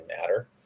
matter